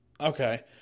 Okay